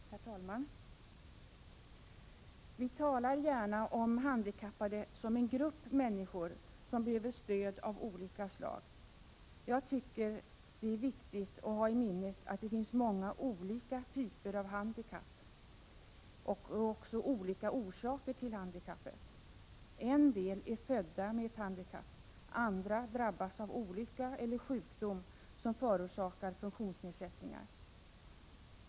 Herr talman! Vi talar gärna om handikappade som en grupp människor som behöver stöd av olika slag. Jag tycker det är viktigt att ha i minnet att det finns många olika typer av handikapp och också olika orsaker till handikappet. En del är födda med ett handikapp, andra drabbas av olycka eller sjukdom som förorsakar funktionsnedsättningar.